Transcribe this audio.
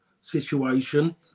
situation